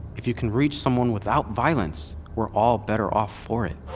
if you can reach someone without violence, we're all better off for it